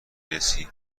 رسی